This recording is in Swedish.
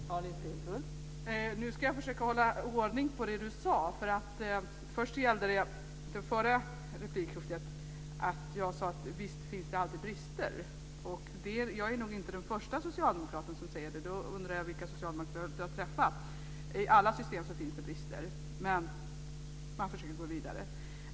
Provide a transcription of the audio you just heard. Fru talman! Nu ska jag försöka hålla ordning på det Jeppe Johnsson sade. Först gällde det att jag i det förra replikskiftet sade att det alltid finns brister. Jag är nog inte den första socialdemokraten som säger det; i så fall undrar jag vilka socialdemokrater Jeppe Johnsson har träffat. I alla system finns det brister, men man försöker gå vidare.